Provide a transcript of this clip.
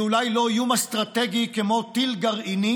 היא אולי לא איום אסטרטגי כמו טיל גרעיני,